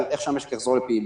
על איך שהמשק יחזור לפעילות.